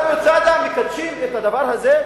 שם מקדשים את הדבר הזה,